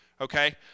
Okay